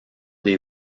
des